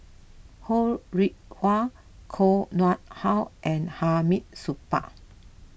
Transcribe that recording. Ho Rih Hwa Koh Nguang How and Hamid Supaat